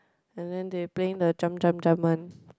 and then they playing the jump jump jump one